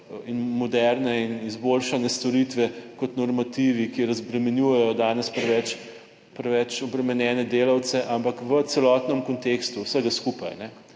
in moderne in izboljšane storitve, kot normativi, ki razbremenjujejo danes preveč obremenjene delavce, ampak v celotnem kontekstu vsega skupaj,